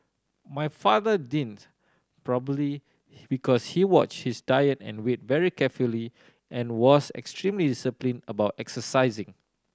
my father didn't probably because he watched his diet and weight very carefully and was extremely disciplined about exercising